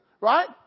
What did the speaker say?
Right